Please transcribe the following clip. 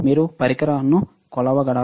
మీరు పరికరాలను కొలవగలరా